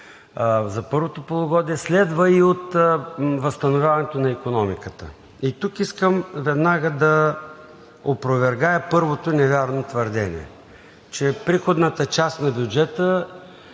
за първото полугодие, следва и от възстановяването на икономиката. Тук искам веднага да опровергая първото невярно твърдение, че приходната част на бюджета